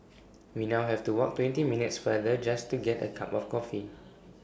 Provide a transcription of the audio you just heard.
we now have to walk twenty minutes farther just to get A cup of coffee